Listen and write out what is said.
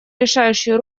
решающую